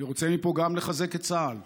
אני, מפה, גם רוצה לחזק את צה"ל.